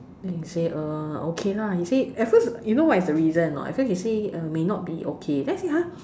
then he say uh okay lah he say at first you know what is the reason or not at first he say may not be okay then I say !huh!